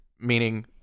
meaning